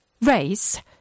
Race